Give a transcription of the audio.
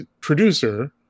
producer